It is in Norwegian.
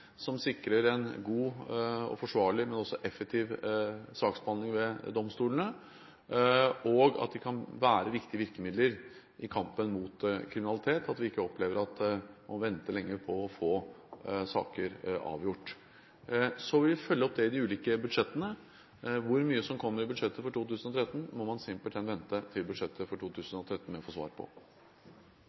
som sikrer rettssikkerheten, som sikrer en god og forsvarlig, men også effektiv saksbehandling ved domstolene, og at de kan være viktige virkemidler i kampen mot kriminalitet, at vi ikke opplever at vi må vente lenge på å få saker avgjort. Så vil vi følge opp dette i de ulike budsjettene. Hvor mye som kommer i budsjettet for 2013, må man simpelthen vente til budsjettet for 2013 med å få svar på.